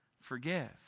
forgive